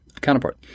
counterpart